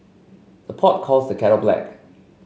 the pot calls the kettle black